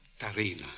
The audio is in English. Tarina